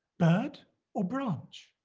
bird or branch?